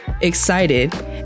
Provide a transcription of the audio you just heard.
excited